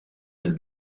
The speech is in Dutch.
een